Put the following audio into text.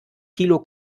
kilo